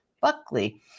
Buckley